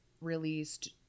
released